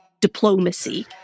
diplomacy